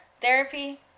Therapy